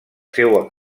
seua